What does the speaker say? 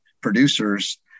producers